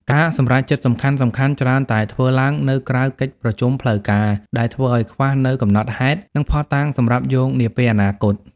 ការសម្រេចចិត្តសំខាន់ៗច្រើនតែធ្វើឡើងនៅក្រៅកិច្ចប្រជុំផ្លូវការ ដែលធ្វើឱ្យខ្វះនូវកំណត់ហេតុ និងភស្តុតាងសម្រាប់យោងនាពេលអនាគត។